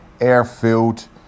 airfield